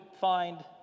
find